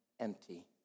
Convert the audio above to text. empty